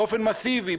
מסיבי,